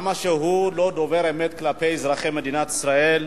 כמה שהוא לא דובר אמת כלפי אזרחי מדינת ישראל,